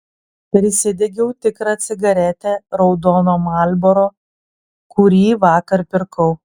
prisidegiau tikrą cigaretę raudono marlboro kurį vakar pirkau